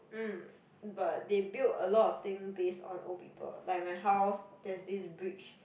mm but they build a lot of thing base on old people like my house there's this bridge